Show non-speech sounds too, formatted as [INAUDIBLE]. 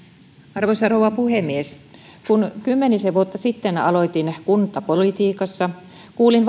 arvoisa rouva puhemies kun kymmenisen vuotta sitten aloitin kuntapolitiikassa kuulin [UNINTELLIGIBLE]